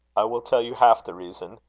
i will tell you half the reason.